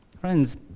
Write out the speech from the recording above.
Friends